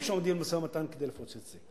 שעומדים למשא-ומתן כדי לפוצץ את זה.